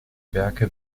werke